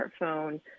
smartphone